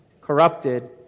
corrupted